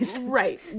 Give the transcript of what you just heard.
Right